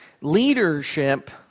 leadership